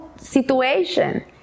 situation